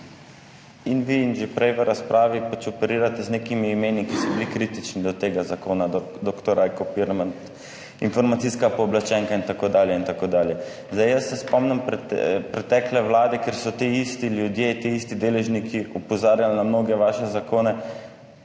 vi in že prej [nekdo] v razpravi, operirate z nekimi imeni, ki so bila kritična do tega zakona, dr. Rajko Pirnat, informacijska pooblaščenka in tako dalje, in tako dalje. Jaz se spomnim pretekle vlade, kjer so ti isti ljudje, ti isti deležniki opozarjali na mnoge vaše zakone,